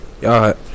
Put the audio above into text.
Y'all